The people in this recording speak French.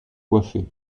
coiffer